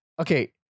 Okay